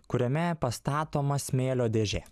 kuriame pastatoma smėlio dėžė